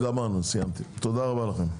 סיימתי, תודה רבה לכם.